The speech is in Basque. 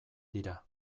dira